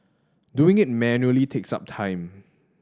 doing it manually takes up time